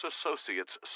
associates